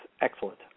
excellent